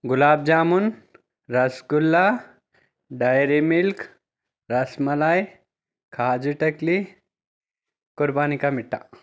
gulab jamun rasgulla Dairy Milk rasmalai kaju katli qurbani ka meetha